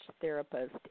therapist